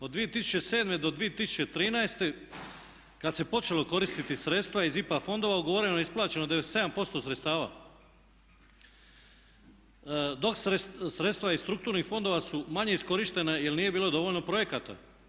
Od 2007. do 2013. kad se počelo koristiti sredstva iz IPA fondova ugovoreno je i isplaćeno 97% sredstava, dok sredstva iz strukturnih fondova su manje iskorištena jer nije bilo dovoljno projekata.